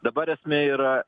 dabar esmė yra